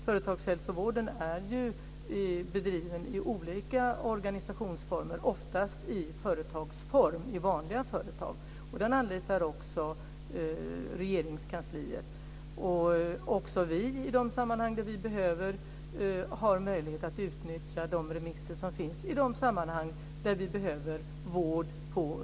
Företagshälsovården bedrivs ju i olika organisationstyper, oftast i form av vanliga företag. Den anlitas också av Regeringskansliet. Även vi har möjlighet att utnyttja remisser från företagshälsovården när vi behöver det.